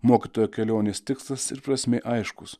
mokytojo kelionės tikslas ir prasmė aiškūs